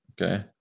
okay